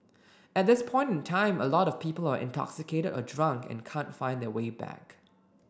at this point in time a lot of people are intoxicated or drunk and can't find their way back